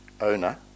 owner